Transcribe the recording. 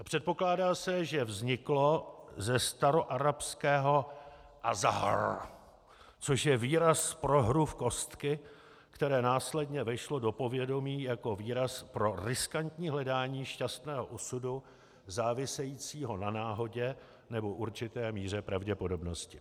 Předpokládá se, že vzniklo ze staroarabského azzahr, což je výraz pro hru v kostky, které následně vešlo do povědomí jako výraz pro riskantní hledání šťastného osudu závisejícího na náhodě nebo určité míře pravděpodobnosti.